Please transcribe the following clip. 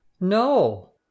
no